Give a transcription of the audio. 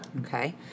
Okay